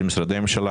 של משרדי הממשלה,